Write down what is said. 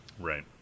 right